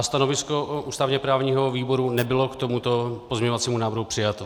Stanovisko ústavněprávního výboru nebylo k tomuto pozměňovacímu návrhu přijato.